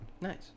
Nice